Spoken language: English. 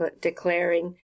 declaring